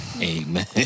Amen